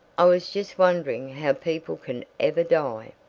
i was just wondering how people can ever die.